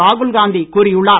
ராகுல் காந்தி கூறியுள்ளார்